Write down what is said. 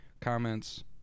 comments